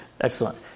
Excellent